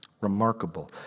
Remarkable